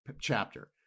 chapter